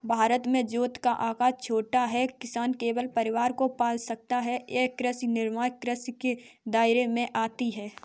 भारत में जोत का आकर छोटा है, किसान केवल परिवार को पाल सकता है ये कृषि निर्वाह कृषि के दायरे में आती है